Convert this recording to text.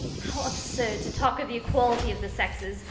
how absurd to talk of the equality of the sexes!